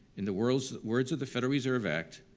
in the worlds words of the federal reserve act,